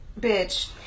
Bitch